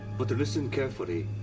but listen carefully.